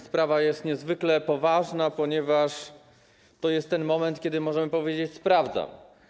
Sprawa jest niezwykle poważna, ponieważ to jest ten moment, kiedy możemy powiedzieć: sprawdzam.